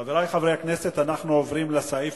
חברי חברי הכנסת, אנחנו עוברים לסעיף